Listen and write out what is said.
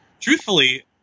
truthfully